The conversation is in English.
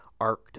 arced